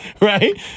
Right